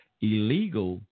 Illegal